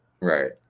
right